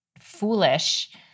foolish